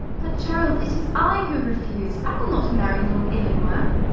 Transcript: but, gerald, it is i who refuse. i will not marry lord illingworth.